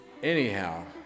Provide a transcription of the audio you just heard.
Anyhow